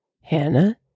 Hannah